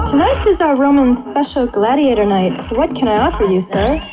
is our roman special gladiator night. what can i offer you, sir?